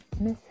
Miss